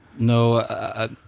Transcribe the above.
No